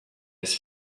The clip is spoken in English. his